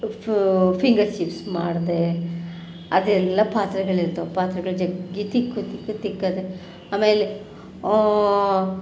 finger chips ಮಾಡಿದೆ ಅದೆಲ್ಲ ಪಾತ್ರೆಗಳಿರ್ತವೆ ಪಾತ್ರೆಗಳು ಜಗ್ಗಿ ತಿಕ್ಕು ತಿಕ್ಕು ತಿಕ್ಕಿದ ಆಮೇಲೆ